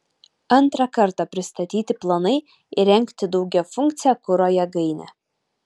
antrą kartą pristatyti planai įrengti daugiafunkcę kuro jėgainę